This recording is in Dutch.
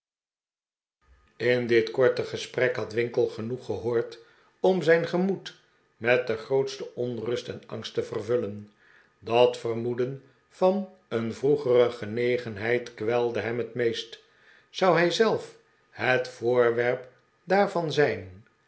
in dit korte gesprek had winkle genoeg gehoord om zijn gemoed met de grootste onrust en angst te vervullen dat vermoeden van een vroegere genegenheid kwelde hem het meest zou hij zelf het voorwerp daarvan zijn